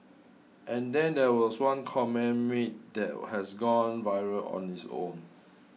and then there was one comment made that has gone viral on its own